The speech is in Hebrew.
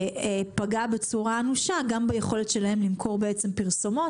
פגע בצורה אנושה ביכולת שלהם למכור פרסומות,